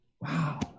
Wow